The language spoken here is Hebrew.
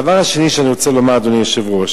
הדבר השני שאני רוצה לומר, אדוני היושב-ראש,